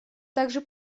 также